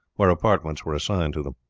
where apartments were assigned to them.